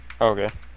Okay